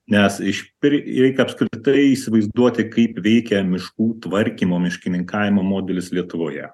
nes iš pri reikia apskritai įsivaizduoti kaip veikia miškų tvarkymo miškininkavimo modelis lietuvoje